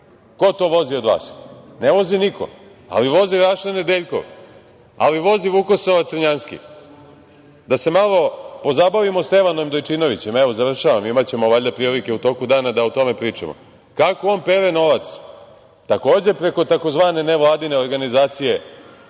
Ko to vozi od vas? Ne vozi niko, ali vozi Raša Nedeljkov, ali vozi Vukosava Crnjanski. Da se malo pozabavimo Stevanom Dojčinovićem, evo završavam, imaćemo valjda prilike u toku dana da o tome pričamo, kako on pere novac. Takođe preko tzv. nevladine organizacije